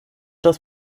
das